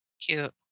Cute